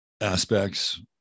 aspects